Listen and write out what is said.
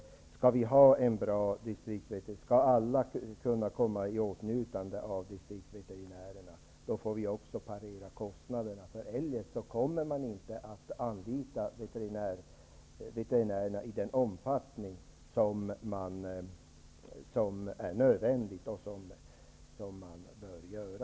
Om vi skall ha bra distriktsveterinärer och om alla skall kunna komma i åtnjutande av distriktsveterinärer, måste vi parera kostnaderna. Eljest kommer man inte att anlita veterinärerna i den omfattning som är nödvändigt och som man bör göra.